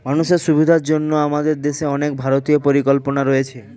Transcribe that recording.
মানুষের সুবিধার জন্য আমাদের দেশে অনেক ভারতীয় পরিকল্পনা রয়েছে